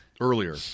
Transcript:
Earlier